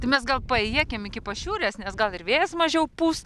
tai mes gal paėjėkim iki pašiūrės nes gal ir vėjas mažiau pūs